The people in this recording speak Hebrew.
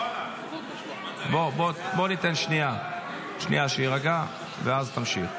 שנייה שיירגע, ואז תמשיך.